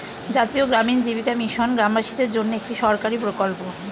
জাতীয় গ্রামীণ জীবিকা মিশন গ্রামবাসীদের জন্যে একটি সরকারি প্রকল্প